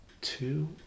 two